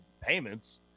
payments